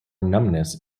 numbness